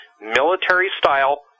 military-style